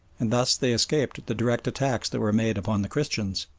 and thus they escaped the direct attacks that were made upon the christians.